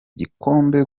gikombe